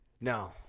No